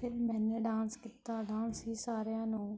ਫਿਰ ਮੈਨੇ ਡਾਂਸ ਕੀਤਾ ਡਾਂਸ ਸੀ ਸਾਰਿਆਂ ਨੂੰ